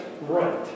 right